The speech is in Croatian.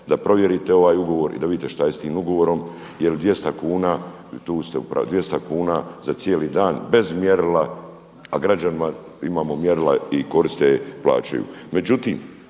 da provjerite ovaj ugovor i da vidite šta je s tim ugovorom. Jel 200 kuna za cijeli dan bez mjerila, a građanima imamo mjerila i koriste je i plaćaju.